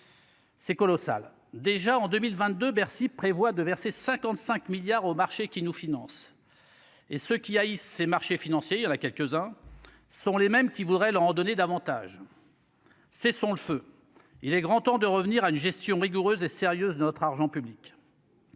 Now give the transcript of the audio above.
C'est colossal, déjà en 2022, Bercy prévoit de verser 55 milliards au marché qui nous financent et ceux qui haïssent ces marchés financiers, il y en a quelques-uns sont les mêmes qui voudrait leur en donner davantage. Cessons le feu, il est grand temps de revenir à une gestion rigoureuse et sérieuse, notre argent public.